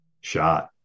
shot